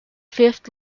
fifth